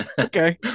Okay